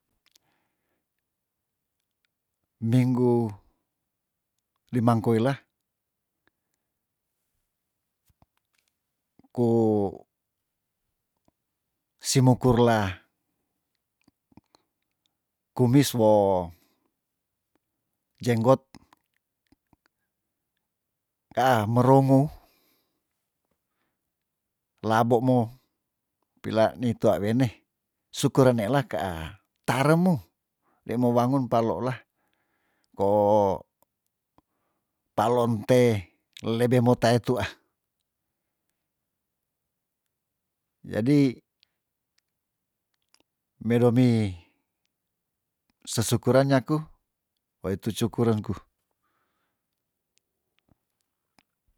Minggu limang koila ko simukurlah kumis wo jenggot ka merungu labo mo pila ni tua wene sukuren nelila kaa taremu ndei mo wangun paloola ko palon te lebe mo tae tuah jadi medomi sesukuren nyaku wo itu cukuren ku